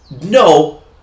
No